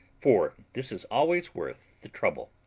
for this is always worth the trouble.